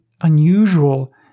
unusual